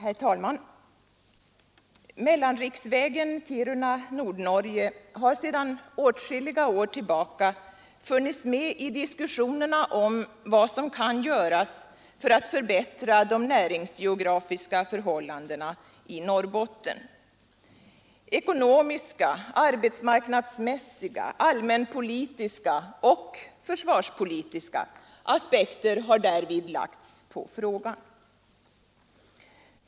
Herr talman! Mellanriksvägen Kiruna—Nordnorge har sedan åtskilliga år tillbaka funnits med i diskussionerna om vad som kan göras för att förbättra de näringsgeografiska förhållandena i Norrbotten. Ekonomiska, arbetsmarknadsmässiga, allmänpolitiska och försvarspolitiska aspekter har därvid lagts på frågan.